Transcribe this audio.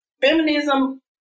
Feminism